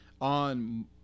on